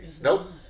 Nope